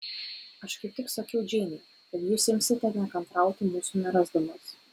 aš kaip tik sakiau džeinei kad jūs imsite nekantrauti mūsų nerasdamas